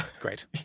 Great